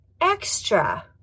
extra